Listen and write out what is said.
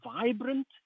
vibrant